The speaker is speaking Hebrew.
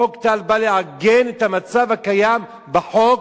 חוק טל בא לעגן את המצב הקיים בחוק,